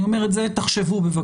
אני אומר שתחשבו על זה.